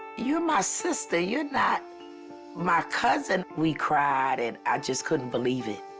you're my sister. you're not my cousin. we cried and i just couldn't believe it.